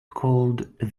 called